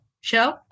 show